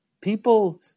people